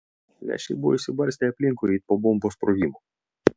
lęšiai buvo išsibarstę aplinkui it po bombos sprogimo